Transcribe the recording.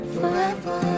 Forever